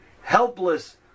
helpless